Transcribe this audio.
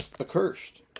accursed